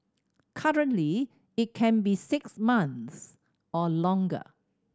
currently it can be six months or longer